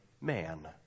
man